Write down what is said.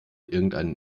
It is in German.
irgendeinen